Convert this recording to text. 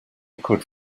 could